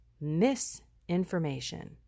misinformation